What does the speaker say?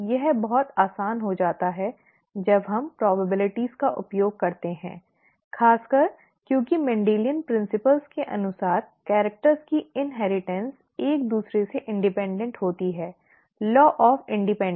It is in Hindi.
यह बहुत आसान हो जाता है जब हम संभावनाओं का उपयोग करते हैं खासकर क्योंकि मेंडेलियन सिद्धांतों के अनुसार कैरिक्टर की inheritanceइन्हेरिटन्स एक दूसरे से स्वतंत्र होती है ठीक है law of independence